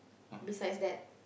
besides that